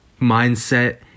mindset